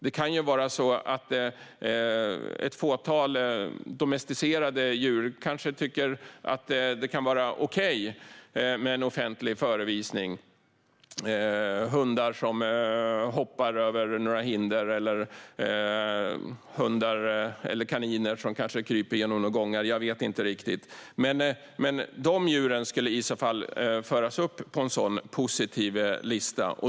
När det gäller ett fåtal domesticerade djur kan det kanske vara okej med en offentlig förevisning, till exempel hundar som hoppar över hinder eller kaniner som kryper genom gångar. Men dessa djur skulle i så fall föras upp på en positiv lista.